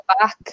back